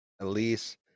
Elise